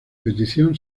petición